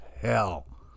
hell